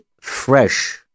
fresh